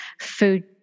food